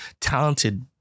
talented